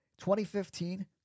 2015